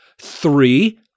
three